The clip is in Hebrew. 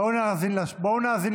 בואו נאזין לשר.